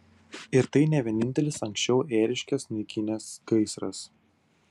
ir tai ne vienintelis anksčiau ėriškes naikinęs gaisras